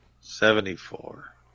Seventy-four